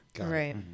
Right